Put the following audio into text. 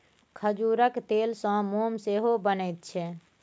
खजूरक तेलसँ मोम सेहो बनैत छै